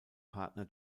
partner